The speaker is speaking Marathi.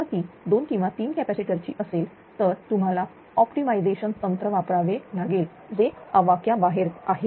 जर ती 2 किंवा 3 कॅपॅसिटर ची असेल तर तुम्हाला ऑप्टिमायझेशन तंत्र वापरावे लागेल जे आवाक्याबाहेर आहे